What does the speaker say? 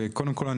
קודם כל,